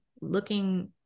looking